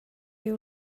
you